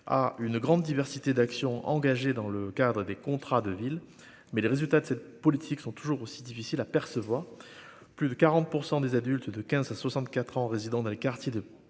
à une grande diversité d'action engagée dans le cadre des contrats de ville mais les résultats de cette politique sont toujours aussi difficiles à percevoir plus de 40 % des adultes de 15 à 64 ans résidant dans les quartiers de la